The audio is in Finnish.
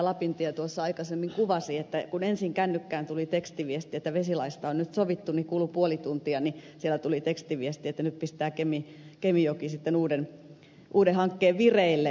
lapintie tuossa aikaisemmin kuvasi että kun ensin kännykkään tuli tekstiviesti että vesilaista on nyt sovittu niin kului puoli tuntia ja sieltä tuli tekstiviesti että nyt pistää kemijoki sitten uuden hankkeen vireille